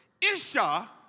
Isha